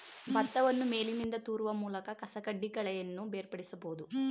ಭತ್ತವನ್ನು ಮೇಲಿನಿಂದ ತೂರುವ ಮೂಲಕ ಕಸಕಡ್ಡಿ ಕಳೆಯನ್ನು ಬೇರ್ಪಡಿಸಬೋದು